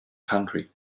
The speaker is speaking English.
concrete